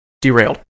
derailed